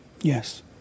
Yes